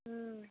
ம்